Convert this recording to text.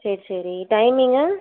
சரி சரி டைமிங்கு